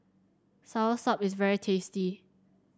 soursop is very tasty